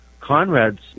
Conrad's